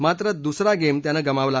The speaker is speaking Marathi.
मात्र दुसरा गेम त्यानं गमावला